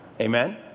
Amen